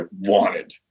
wanted